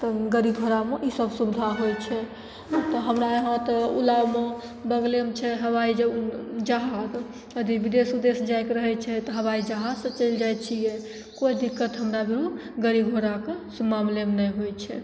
तऽ गाड़ी घोड़ामे ईसब सुविधा होइ छै तऽ हमरा यहाँ तऽ ओ मे बगलेमे छै हवाइ जहाज अथी विदेश उदेश जाइके रहै छै तऽ हवाइ जहाजसे चलि जाइ छिए कोइ दिक्कत हमरा भिरु गाड़ी घोड़ाके मामिलेमे नहि होइ छै